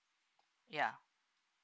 ya